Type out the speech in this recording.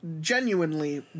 Genuinely